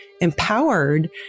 empowered